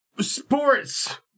Sports